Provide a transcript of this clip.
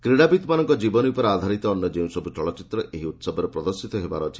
କ୍ରୀଡାବିତ୍ମାନଙ୍କ ଜୀବନୀ ଉପରେ ଆଧାରିତ ଅନ୍ୟ ଯେଉଁ ସବୁ ଚଳଚ୍ଚିତ୍ର ଏହି ଉତ୍ସବରେ ପ୍ରଦର୍ଶିତ ହେବାର ଅଛି